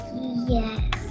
Yes